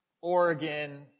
Oregon